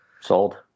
Sold